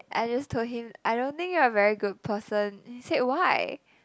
I just told him I don't think you're a very good person he said why